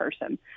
person